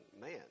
man